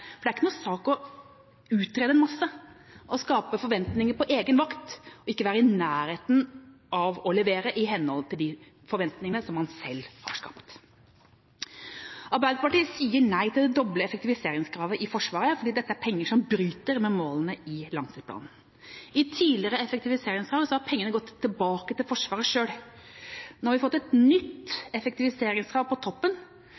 bedre. Det er ikke noen sak å utrede mye og skape forventninger på egen vakt – og ikke være i nærheten av å levere i henhold til de forventningene som man selv har skapt. Arbeiderpartiet sier nei til det doble effektiviseringskravet i Forsvaret fordi dette er penger som bryter med målene i langtidsplanen. I tidligere effektiviseringskrav har pengene gått tilbake til Forsvaret selv. Nå har vi fått et nytt effektiviseringskrav på toppen